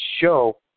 show